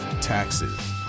taxes